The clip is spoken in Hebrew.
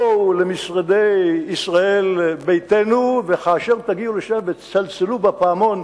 בואו למשרדי ישראל ביתנו וכאשר תגיעו לשם ותצלצלו בפעמון,